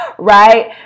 Right